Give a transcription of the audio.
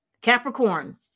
Capricorn